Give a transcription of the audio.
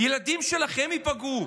הילדים שלכם ייפגעו.